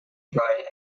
troy